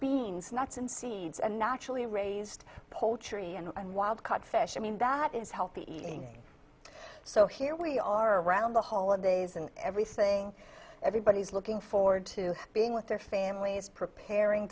beans nuts and seeds and naturally raised poultry and wild caught fish i mean that is healthy eating so here we are around the holidays and everything everybody's looking forward to being with their families preparing